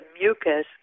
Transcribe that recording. mucus